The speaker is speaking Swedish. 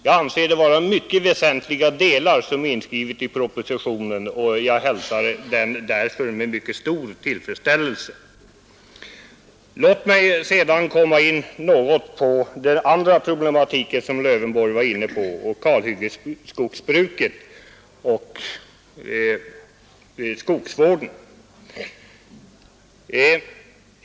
Jag anser propositionens förslag mycket väsentliga och jag hälsar den därför med stor tillfredsställelse. Låt mig sedan något beröra den andra problematik som herr Lövenborg var inne på, nämligen kalhyggesskogsbruket och skogsvården.